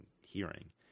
hearing